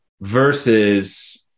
versus